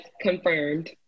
confirmed